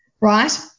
Right